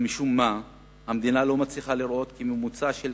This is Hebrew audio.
ומשום מה המדינה לא מצליחה לראות כי ממוצע של